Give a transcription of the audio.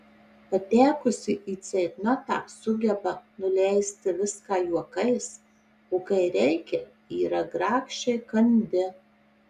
patekusi į ceitnotą sugeba nuleisti viską juokais o kai reikia yra grakščiai kandi